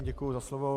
Děkuji za slovo.